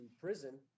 prison